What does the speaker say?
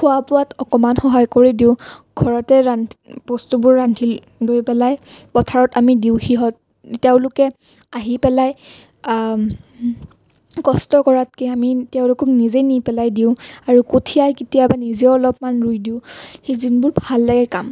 খোৱা বোৱাত অকণমান সহায় কৰি দিওঁ ঘৰতে ৰান্ধি বস্তুবোৰ ৰান্ধি লৈ পেলাই পথাৰত আমি দিওঁ সিহঁত তেওঁলোকে আহি পেলাই কষ্ট কৰাতকে আমি তেওঁলোকক নিজে নি পেলাই দিওঁ আৰু কঠিয়া কেতিয়াবা নিজেও অলপমান ৰুই দিওঁ যিবোৰ ভাল লাগে কাম